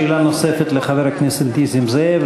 שאלה נוספת לחבר הכנסת נסים זאב.